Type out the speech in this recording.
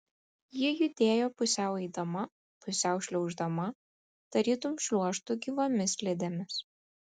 ji judėjo pusiau eidama pusiau šliauždama tarytum šliuožtų gyvomis slidėmis